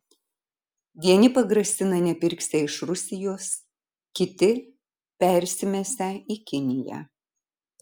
vieni pagrasina nepirksią iš rusijos kiti persimesią į kiniją